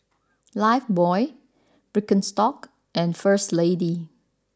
Lifebuoy Birkenstock and First Lady